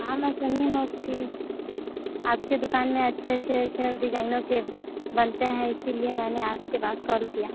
हाँ मैं सुनी हूँ कि आपकी दुकान में अच्छे अच्छे अच्छे डिज़ाइनों के बनते है इसी लिए मैंने आपके पास कॉल किया